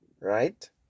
right